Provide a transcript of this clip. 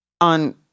on